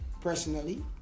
personally